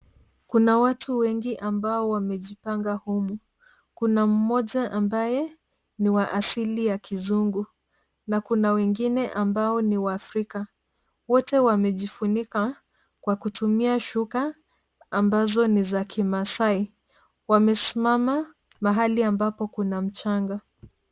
Kuna watu wengi ambao wamejipanga humu. Kuna mmoja ambaye ni wa asili ya kizungu na kuna wengine ambao ni waafrika. Wote wamejifunika kwa kutumia shuka ambazo ni za Kimasai. Wamesimama mahali ambapo kuna mchanga.